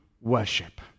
worship